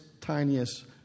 tiniest